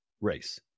race